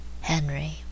Henry